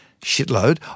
shitload